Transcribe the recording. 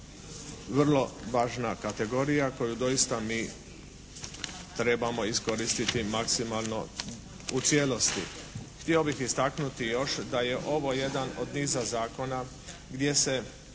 vrlo važna kategorija koju doista mi trebamo iskoristiti maksimalno u cijelosti. Htio bih istaknuti još da je ovo jedan od niza zakona gdje se